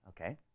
okay